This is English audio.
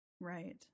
Right